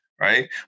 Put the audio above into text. Right